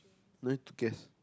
no need to guess